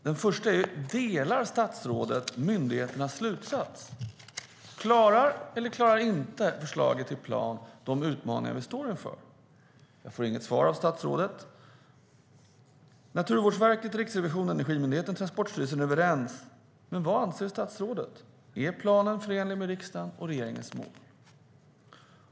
Den första är: Delar statsrådet myndigheternas slutsats? Klarar förslaget till plan de utmaningar vi står inför eller inte? Jag får inget svar av statsrådet. Naturvårdsverket, Riksrevisionen, Energimyndigheten och Transportstyrelsen är överens, men vad anser statsrådet? Är planen förenlig med riksdagens och regeringens mål?